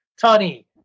Tony